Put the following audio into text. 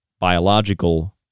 biological